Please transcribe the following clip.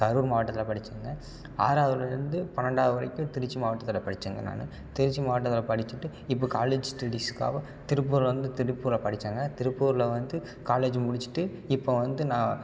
கரூர் மாவட்டத்தில் படித்தேங்க ஆறாவதுலேருந்து பன்னெண்டாவது வரைக்கும் திருச்சி மாவட்டத்தில் படித்தேங்க நான் திருச்சி மாவட்டத்தில் படித்துட்டு இப்போ காலேஜ் ஸ்டெடீஸ்க்காக திருப்பூர் வந்து திருப்பூரில் படித்தேங்க திருப்பூரில் வந்து காலேஜ் முடித்துட்டு இப்போ வந்து நான்